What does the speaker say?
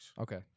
Okay